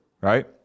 right